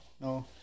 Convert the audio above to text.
No